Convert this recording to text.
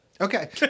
Okay